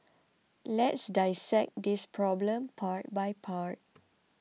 let's dissect this problem part by part